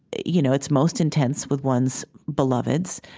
you know it's most intense with one's beloveds,